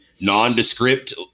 nondescript –